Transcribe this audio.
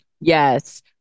Yes